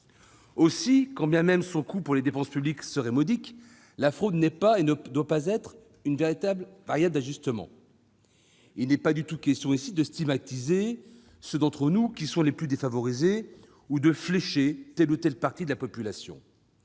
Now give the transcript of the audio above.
Aussi, quand bien même son coût pour les dépenses publiques serait modique, la fraude n'est pas, et ne doit pas être, une variable d'ajustement. Il n'est en aucun cas question de stigmatiser ceux d'entre nous qui sont les plus défavorisés ou de flécher telle ou telle partie de la population.